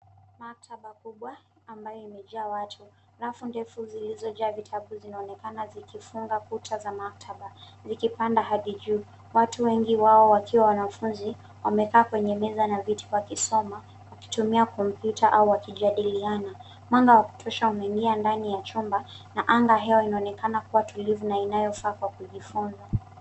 Maktaba kubwa ambayo imejaa watu. Rafu ndefu zilizojaa vitabu zinaonekana zikifunga kuta za maktaba zikipanda hadi juu. Watu wengi ,wengi wao wakiwa wanafunzi wamekaa kwenye meza na kiti wakisoma wakitumia kompyuta au wakijadiliana. Mwanga wa kutosha umeingia ndani ya chumba na anga ya hewa inaonekana kuwa tulivu na inayofaa kwa kujifunzia.